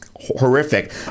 horrific